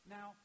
Now